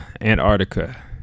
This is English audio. Antarctica